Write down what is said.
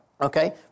okay